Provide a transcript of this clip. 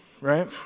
right